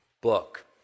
book